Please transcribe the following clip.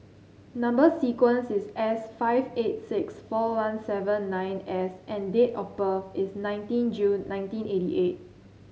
number sequence is S five eight six four one seven nine S and date of birth is nineteen June nineteen eighty eight